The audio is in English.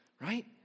right